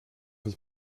ich